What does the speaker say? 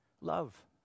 love